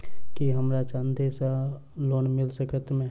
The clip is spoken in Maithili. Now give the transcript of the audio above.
की हमरा चांदी सअ लोन मिल सकैत मे?